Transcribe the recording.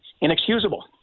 inexcusable